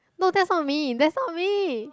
no that's not me that's not me